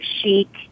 chic